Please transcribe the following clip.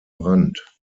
rand